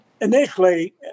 initially